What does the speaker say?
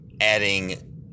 adding